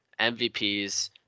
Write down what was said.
MVPs